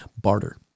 barter